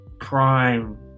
prime